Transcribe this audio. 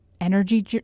energy